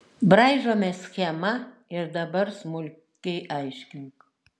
braižome schemą ir dabar smulkiai aiškink